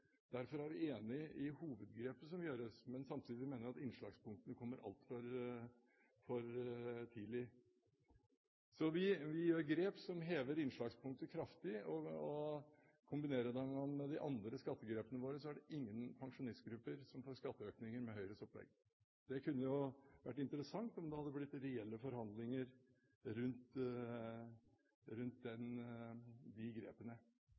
Derfor er vi enig i hovedgrepet som gjøres. Samtidig mener vi at skjæringspunktet for skatteøkninger kommer altfor tidlig. Så vi gjør grep som hever skjæringspunktet kraftig. Kombinerer vi det med de andre skattegrepene våre, er det ingen pensjonistgrupper som får skatteøkning med Høyres opplegg. Det kunne jo vært interessant om det hadde blitt reelle forhandlinger rundt de grepene.